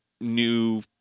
new